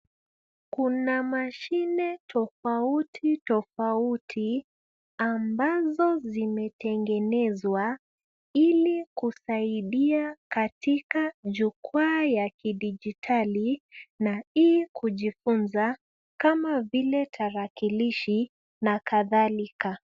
Kuna mashine tofauti tofauti ambazo zimetengenezwa ili kusaidia katika jukwaa ya kidijitali na ili kujifunza kama vile tarakilishi na kadhalika.